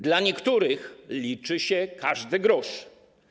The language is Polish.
Dla niektórych liczy się każdy grosz.